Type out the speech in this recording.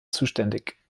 zuständig